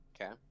Okay